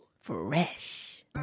Fresh